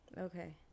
okay